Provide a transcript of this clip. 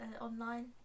online